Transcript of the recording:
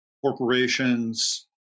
corporations